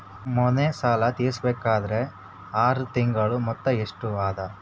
ಮನೆ ಸಾಲ ತೀರಸಬೇಕಾದರ್ ಆರ ತಿಂಗಳ ಮೊತ್ತ ಎಷ್ಟ ಅದ?